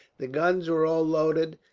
the guns were all loaded,